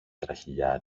τραχηλιά